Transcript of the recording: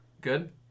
Good